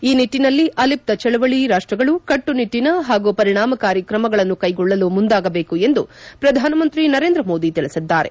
ಈ ನಿಟ್ಟಿನಲ್ಲಿ ಆಲಿಪ್ತ ಚಳವಳಿ ರಾಷ್ಟ್ಗಳು ಕಟ್ಟುನಿಟ್ಟಿನ ಹಾಗೂ ಪರಿಣಾಮಕಾರಿ ಕ್ರಮಗಳನ್ನು ಕೈಗೊಳ್ಳಲು ಮುಂದಾಗಬೇಕು ಎಂದು ಪ್ರಧಾನಮಂತ್ರಿ ನರೇಂದ್ರ ಮೋದಿ ತಿಳಿಸಿದ್ದಾರೆ